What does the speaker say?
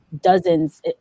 dozens